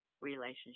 relationship